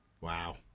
Wow